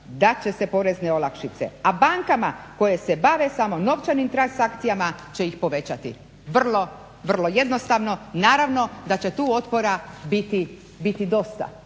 će se porezne olakšice. A bankama koje se bave samo novčanim transakcijama će ih povećati, vrlo, vrlo jednostavno. Naravno da će tu otpora biti dosta.